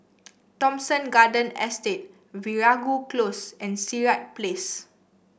Thomson Garden Estate Veeragoo Close and Sirat Place